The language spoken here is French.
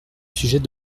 sujet